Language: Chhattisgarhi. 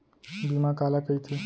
बीमा काला कइथे?